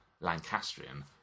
Lancastrian